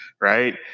Right